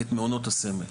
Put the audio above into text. את מעונות הסמל,